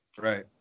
Right